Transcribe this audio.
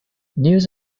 news